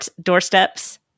doorsteps